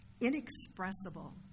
inexpressible